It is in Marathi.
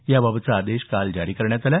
याबाबतचा आदेश काल जारी करण्यात आला